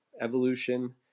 evolution